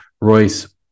Royce